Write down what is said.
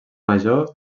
major